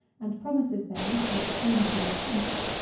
and promises them, in exchange for their pence,